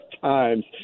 Times